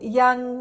young